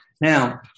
Now